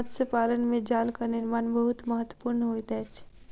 मत्स्य पालन में जालक निर्माण बहुत महत्वपूर्ण होइत अछि